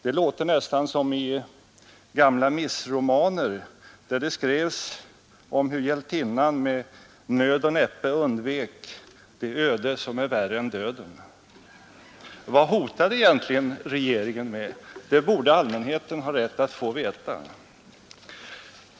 Det låter nästan som i gamla missromaner där det skrevs om hur hjältinnan med nöd och näppe undvek det öde som är värre än döden. Vad hotade egentligen regeringen med? Det borde allmänheten ha rätt att få veta.